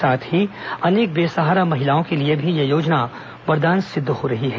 साथ ही अनेक बेसहारा महिलाओं के लिए भी यह योजना वरदान सिद्ध हो रही है